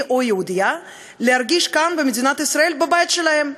או יהודייה להרגיש כאן במדינת ישראל בבית שלהם.